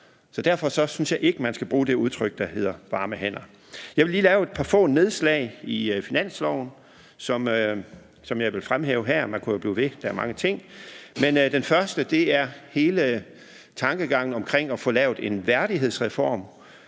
Så derfor synes jeg ikke, at man skal bruge udtrykket varme hænder. Kl. 13:43 Jeg vil lige lave et par få nedslag i forslaget til finanslov, som jeg vil fremhæve her. Man kunne jo blive ved; der er mange ting. Men det første handler om hele tankegangen omkring at få lavet en værdighedsreform,